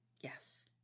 Yes